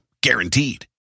Guaranteed